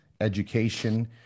education